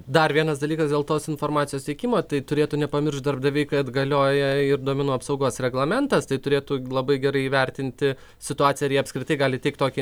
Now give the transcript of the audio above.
dar vienas dalykas dėl tos informacijos tiekimo tai turėtų nepamiršt darbdaviai kad galioja ir duomenų apsaugos reglamentas tai turėtų labai gerai įvertinti situaciją ar jie apskritai gali teikt tokį